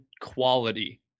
quality